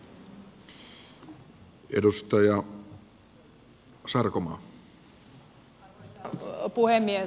arvoisa puhemies